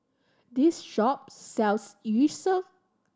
this shop sells Yu Sheng